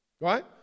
Right